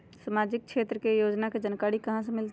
सामाजिक क्षेत्र के योजना के जानकारी कहाँ से मिलतै?